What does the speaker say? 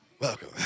welcome